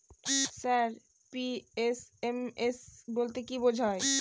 Sir PFMS বলতে কি বোঝায়?